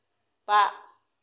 बा